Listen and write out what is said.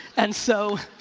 and so